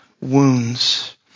wounds